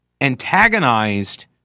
antagonized